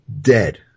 dead